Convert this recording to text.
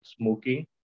smoking